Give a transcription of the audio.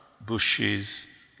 bushes